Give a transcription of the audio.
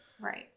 Right